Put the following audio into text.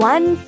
One